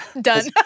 Done